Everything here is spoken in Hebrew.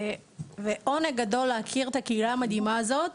וזה עונג גדול להכיר את הקהילה המדהימה הזאת,